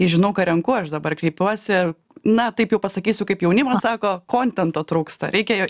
į žinau ką renku aš dabar kreipiuosi na taip jau pasakysiu kaip jaunimas sako kontento trūksta reikia jo